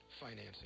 financing